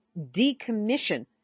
decommission